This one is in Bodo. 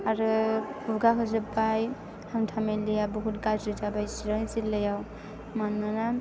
आरो गुगा होजोबबाय हान्था मेलाया बुहुत गाज्रि जाबाय सिरां जिल्लायाव मानोना